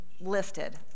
listed